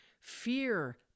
fear